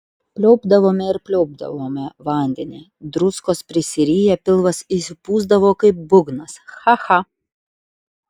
pliaupdavome ir pliaupdavome vandenį druskos prisiriję pilvas išsipūsdavo kaip būgnas cha cha